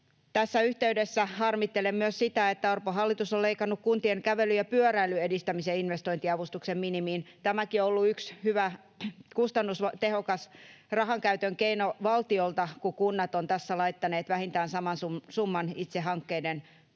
Tässä yhteydessä harmittelen myös sitä, että Orpon hallitus on leikannut kuntien kävelyn ja pyöräilyn edistämisen investointiavustuksen minimin. Tämäkin on ollut yksi hyvä, kustannustehokas rahankäytön keino valtiolta, kun kunnat ovat tässä laittaneet itse vähintään saman summan hankkeiden